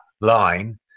line